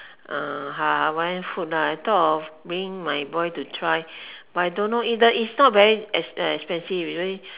uh Hawaiian food lah I thought of bringing my boy to try but I don't know it the is not very ex~ expensive is only